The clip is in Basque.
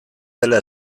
dela